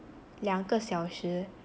两个小时